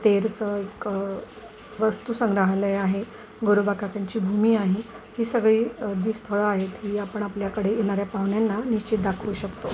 तेरचं एक वस्तू संग्रहालय आहे गोरोबाकाकांची भूमी आहे ही सगळी जी स्थळं आहेत ही आपण आपल्याकडे येणाऱ्या पाहुण्यांना निश्चित दाखवू शकतो